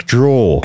Draw